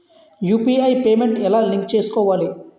UPI payment ఎలా link చేసుకోవాలి?